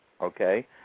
okay